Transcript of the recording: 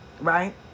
right